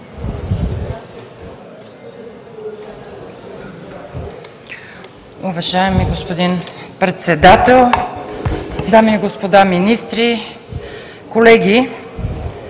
Уважаеми господин Председател, дами и господа министри, колеги!